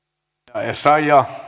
arvoisa